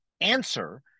Answer